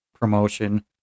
promotion